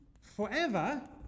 forever